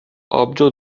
آبجو